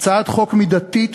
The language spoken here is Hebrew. הצעת חוק מידתית,